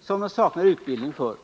som de saknar utbildning för.